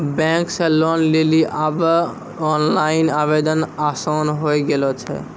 bank से loan लेली आब ओनलाइन आवेदन आसान होय गेलो छै